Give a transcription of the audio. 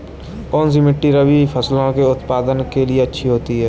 कौनसी मिट्टी रबी फसलों के उत्पादन के लिए अच्छी होती है?